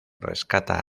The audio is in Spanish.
rescata